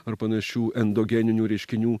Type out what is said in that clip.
ar panašių endogeninių reiškinių